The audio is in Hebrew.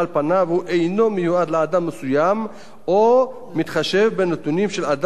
אינו מיועד לאדם מסוים או מתחשב בנתונים של אדם מסוים,